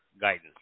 guidance